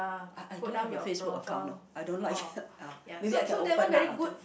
I I don't have a Facebook account orh I don't like maybe I can open lah